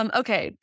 okay